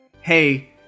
hey